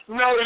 no